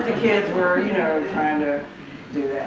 kids were, you know trying to do